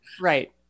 Right